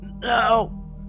no